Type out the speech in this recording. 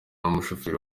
n’umushoferi